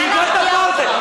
אני יכול לארגן לך את זה.